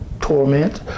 torment